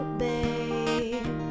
babe